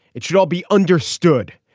it should all be understood.